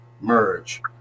Merge